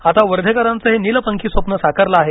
आता वर्धेकरांच हे नीलपंखी स्वप्न साकारलं आहे